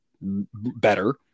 better